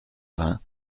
vingt